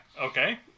Okay